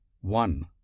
one